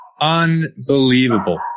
Unbelievable